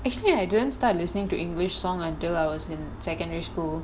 actually I didn't start listening to english song until I was in secondary school